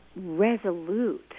resolute